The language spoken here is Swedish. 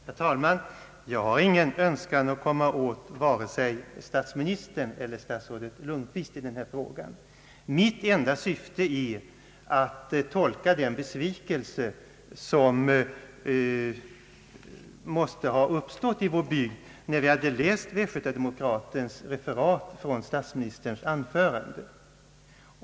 Herr talman! Jag har ingen önskan att komma åt vare sig statsministern eller statsrådet Lundkvist i denna frå ga. Mitt enda syfte är att tolka den besvikelse som nu måste uppstå i vår bygd efter de förhoppningar som väcktes när vi läste Västgöta-Demokratens referat av statsministerns anförande.